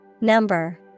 Number